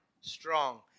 strong